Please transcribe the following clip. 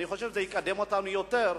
אני חושב שזה יקדם אותנו יותר,